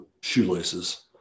shoelaces